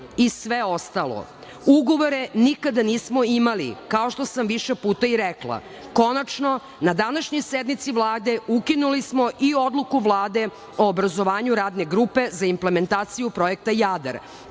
i sve ostalo. Ugovore nikada nismo imali, kao što sam više puta i rekla. Konačno, na današnjoj sednici Vlade ukinuli smo i odluku Vlade o obrazovanju radne grupe za implementaciju projekta Jadar,